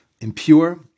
impure